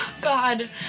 God